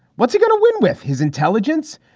what's he going to win with his intelligence,